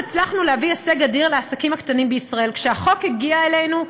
הצלחנו להביא הישג אדיר לעסקים הקטנים בישראל: כשהחוק הגיע אלינו,